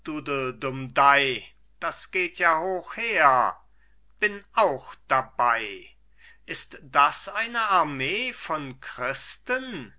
das geht ja hoch her bin auch dabei ist das eine armee von christen